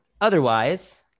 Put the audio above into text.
Otherwise